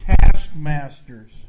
taskmasters